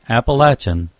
Appalachian